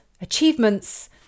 achievements